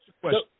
question